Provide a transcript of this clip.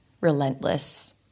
relentless